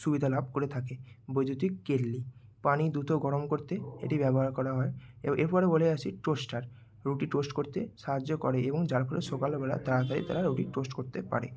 সুবিধা লাভ করে থাকে বৈদ্যুতিক কেটলি পানি দুত গরম করতে এটি ব্যবহার করা হয় এরপরে বলে আসি টোস্টার রুটি টোস্ট করতে সাহায্য করে এবং যার ফলে সকালবেলা তাড়াতাড়ি তারা রুটি টোস্ট করতে পারে